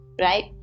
right